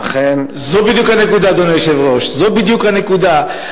אכן, אדוני היושב-ראש, זו בדיוק הנקודה.